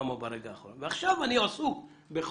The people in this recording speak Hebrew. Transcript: למה ברגע האחרון ועכשיו אני עסוק בחוק.